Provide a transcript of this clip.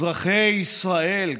אזרחי ישראל,